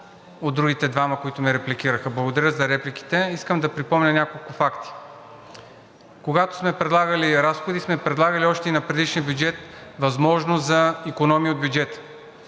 от другите двама, които ме репликираха. Благодаря за репликите. Искам да припомня няколко факта. Когато сме предлагали разходи, сме предлагали и още на предишния бюджет възможност за икономии от бюджета,